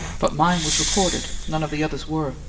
but mine was recorded, none of the others were.